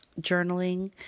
journaling